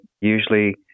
usually